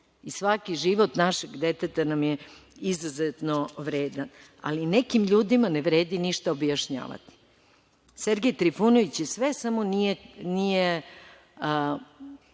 i svaki život našeg deteta nam je izuzetno vredan, ali nekim ljudima ne vredi ništa objašnjavati. Sergej Trifunović je sve, samo nije